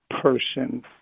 person